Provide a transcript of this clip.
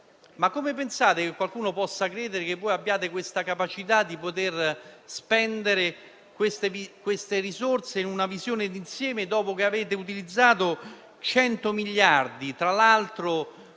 Come pensate che qualcuno possa credere che voi abbiate la capacità di spendere queste risorse in una visione di insieme, dopo che avete utilizzato 100 miliardi